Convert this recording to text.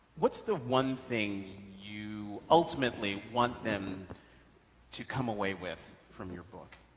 what's the one thing you ultimately want them to come away with from your book?